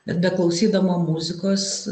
bet beklausydama muzikos